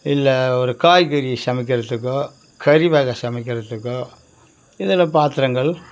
இல்லை ஒரு காய்கறி சமைக்கிறதுக்கோ கறிவகை சமைக்கிறதுக்கோ இதர பாத்திரங்கள்